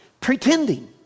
pretending